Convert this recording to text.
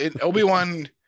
Obi-Wan